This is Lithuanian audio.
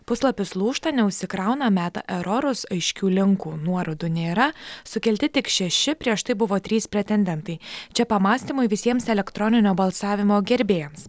puslapis lūžta neužsikrauna meta erorus aiškių linkų nuorodų nėra sukelti tik šeši prieš tai buvo trys pretendentai čia pamąstymui visiems elektroninio balsavimo gerbėjams